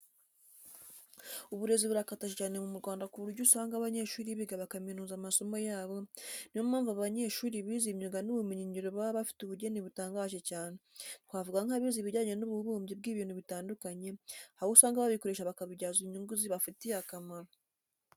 Uburezi burakataje cyane mu Rwanda ku buryo usanga abanyeshuri biga bakaminuza amasomo yabo, ni yo mpamvu abanyeshuri bize imyuga n'ubumenyingiro baba bafite ubugeni butangaje cyane, twavuga nk'abize ibijyanye n'ububumbyi bw'ibintu bitandukanye, aho usanga babikoresha bakabibyaza inyungu zibafitiye akamaro.